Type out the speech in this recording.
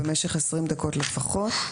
במשך עשרים דקות לפחות.